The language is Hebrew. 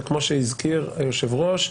וכמו שהזכיר היושב-ראש,